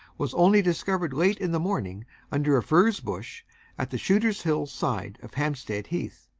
was only discovered late in the morning under a furze bush at the shooter's hill side of hampstead heath,